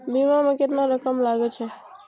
बीमा में केतना रकम लगे छै?